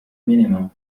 minimum